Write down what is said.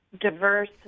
diverse